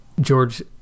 George